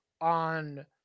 on